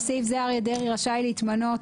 סיימנו?